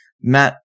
Matt